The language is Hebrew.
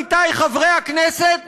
עמיתי חברי הכנסת,